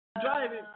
driving